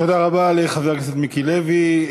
תודה רבה לחבר הכנסת מיקי לוי.